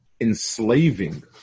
enslaving